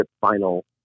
final